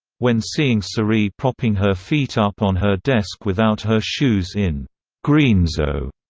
when seeing so cerie propping her feet up on her desk without her shoes in greenzo,